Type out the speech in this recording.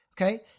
Okay